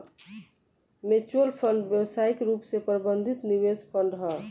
mutual fund व्यावसायिक रूप से प्रबंधित निवेश फंड ह